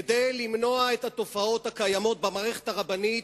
כדי למנוע את התופעות הקיימות במערכת הרבנית,